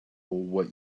what